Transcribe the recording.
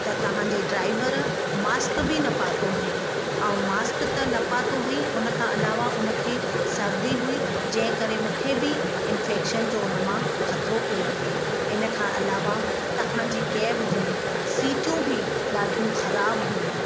त तव्हांजे driver mask बि न पातो हुई ऐं मास्क त न पातो हईं उन खां अलावा उन खे सर्दी हुई जंहिं करे मुखे बि इंफेक्शन जो उन मां खतरो पियो लॻे इन खां अलावा तव्हांजी कैब जूं सीटियूं बि ॾाढियूं ख़राबु हुयूं